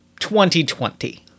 2020